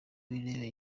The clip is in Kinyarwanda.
w’intebe